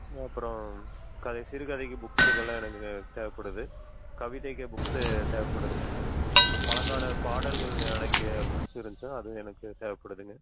அப்புறம் கதை சிறுகதைகள் புக்ஸுகளெலாம் எனக்கு வே தேவைப்படுது கவிதைகள் புக்ஸு தேவைப்படுது பழங்கால பாடல்கள் அடங்கிய புக்ஸ் இருந்துச்சின்னா அதுவும் எனக்கு தேவைப்படுதுங்க